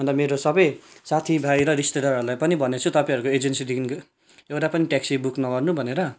अन्त मेरो सबै साथी भाइ र रिस्तेदारहरूलाई पनि भन्ने छु तपाईँहरूको एजेन्सीदेखि एउटा पनि ट्याक्सी बुक नगर्नु भनेर